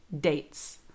dates